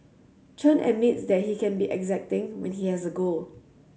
Chen admits that he can be exacting when he has a goal